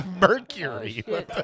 mercury